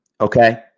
Okay